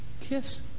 kiss